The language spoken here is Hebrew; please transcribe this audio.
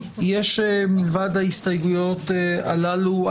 מלבד ההסתייגויות הללו,